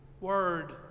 Word